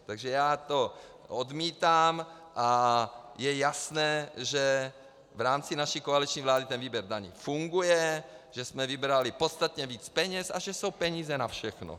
Takže já to odmítám a je jasné, že v rámci naší koaliční vlády ten výběr daní funguje, že jsme vybrali podstatně víc peněz a že jsou peníze na všechno.